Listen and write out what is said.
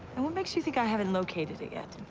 and what makes you think i haven't located it yet?